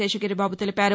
శేషగిరి బాబు తెలిపారు